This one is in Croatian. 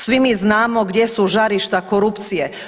Svi mi znamo gdje su žarišta korupcije.